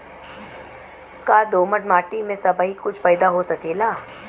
का दोमट माटी में सबही कुछ पैदा हो सकेला?